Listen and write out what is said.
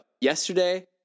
yesterday